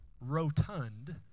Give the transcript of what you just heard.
rotund